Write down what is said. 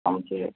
हजुर